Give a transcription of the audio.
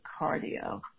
cardio